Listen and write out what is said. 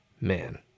Man